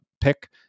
pick